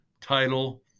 title